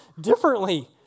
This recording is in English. differently